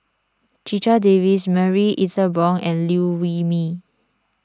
Checha Davies Marie Ethel Bong and Liew Wee Mee